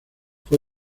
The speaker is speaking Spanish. fue